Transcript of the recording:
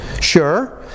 sure